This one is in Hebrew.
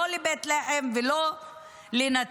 לא לבית לחם ולא לנצרת,